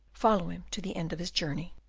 follow him to the end of his journey.